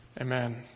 Amen